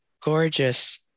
gorgeous